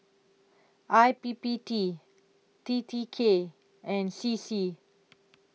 I P P T T T K and C C